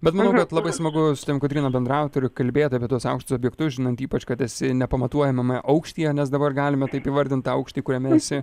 bet manau kad labai smagu su tavim kotryna bendraut ir kalbėt apie tuos aukštus objektus žinant ypač kad esi nepamatuojamame aukštyje nes dabar galime taip įvardint tą aukštį kuriame esi